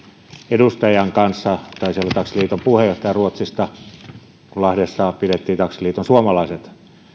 edustajan kanssa taisi olla taksiliiton puheenjohtaja ruotsista kun lahdessa pidettiin taksiliiton suomalaiset